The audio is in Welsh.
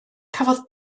cafodd